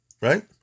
right